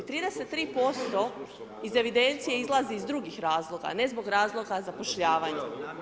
33% iz evidencije izlazi iz drugih razloga, a ne zbog razloga zapošljavanja.